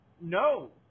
No